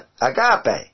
Agape